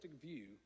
view